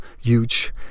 huge